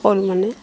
ফল মানে